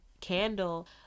candle